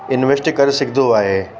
invest करे सघंदो आहे